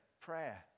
prayer